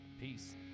Peace